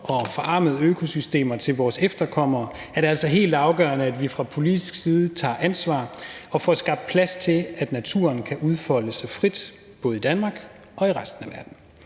og forarmede økosystemer til vores efterkommere, er det altså helt afgørende, at vi fra politisk side tager ansvar og får skabt plads til, at naturen kan udfolde sig frit både i Danmark og i resten af verden.